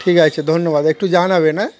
ঠিক আছে ধন্যবাদ একটু জানাবে না